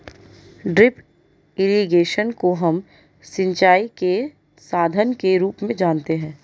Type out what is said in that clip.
drip irrigation को हम सिंचाई के साधन के रूप में जानते है